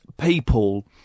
people